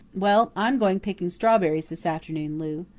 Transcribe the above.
well, i'm going picking strawberries this afternoon, lou.